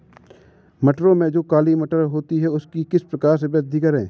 मटरों में जो काली मटर होती है उसकी किस प्रकार से वृद्धि करें?